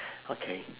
okay